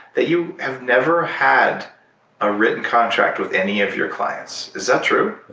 that you have never had a written contract with any of your clients. is that true?